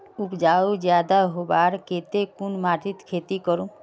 उपजाऊ ज्यादा होबार केते कुन माटित खेती करूम?